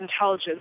Intelligence